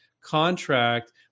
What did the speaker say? contract